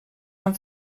han